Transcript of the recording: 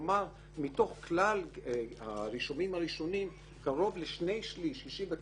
כלומר מתוך כלל הרישומים הראשונים כשני שלישים,